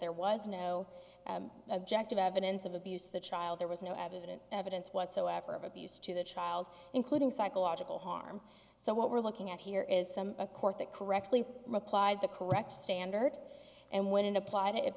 there was no objective evidence of abuse the child there was no evident evidence whatsoever of abuse to the child including psychological harm so what we're looking at here is some a court that correctly applied the correct standard and when applied it